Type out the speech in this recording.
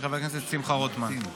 של חבר הכנסת שמחה רוטמן.